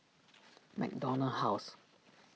MacDonald House